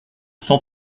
cent